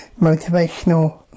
motivational